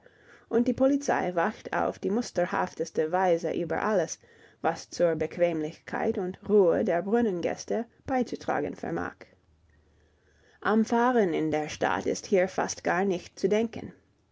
und die polizei wacht auf die musterhafteste weise über alles was zur bequemlichkeit und ruhe der brunnengäste beizutragen vermag am fahren in der stadt ist hier fast gar nicht zu denken